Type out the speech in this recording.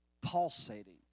pulsating